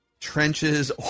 trenches